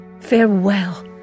farewell